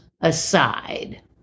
aside